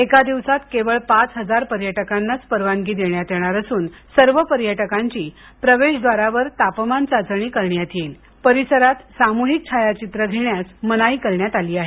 एका दिवसात केवळ पाच हजार पर्यटकांनाच परवानगी देण्यात येणार असून सर्व पर्यटकांची प्रवेशद्वारावर तापमान चाचणी करण्यात येईल परिसरात सामुहिक छायाचित्र घेण्यास मनाई करण्यात आली आहे